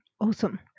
Awesome